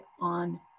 on